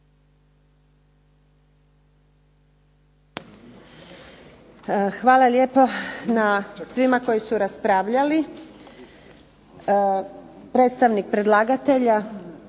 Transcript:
Hvala lijepa svima koji su raspravljali. Predstavnik predlagatelja